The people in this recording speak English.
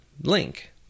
link